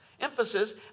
emphasis